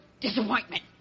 disappointment